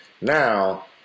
now